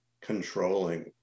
controlling